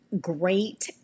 great